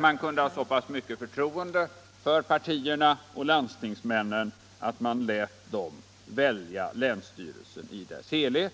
Man borde ha så mycket förtroende för partierna och landstingsmännen att dessa får välja länsstyrelsen i dess helhet.